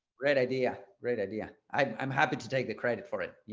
great idea. great idea. i'm happy to take the credit for it. yeah.